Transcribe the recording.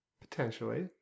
Potentially